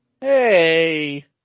Hey